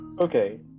Okay